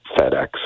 FedEx